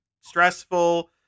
stressful